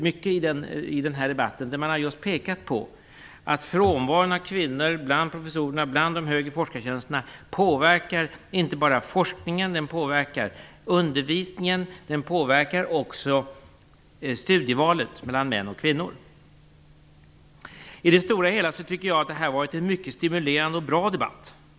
Många har i debatten pekat på att frånvaron av kvinnor på professurerna och de högre forskningstjänsterna inte bara påverkar forskningen, utan också undervisningen och relationen mellan mäns och kvinnors studieval. Jag tycker att detta i det stora hela har varit en mycket stimulerande och bra debatt.